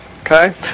Okay